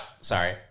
Sorry